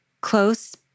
close